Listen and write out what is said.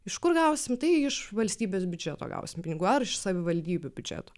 iš kur gausim tai iš valstybės biudžeto gausim pinigų ar iš savivaldybių biudžetų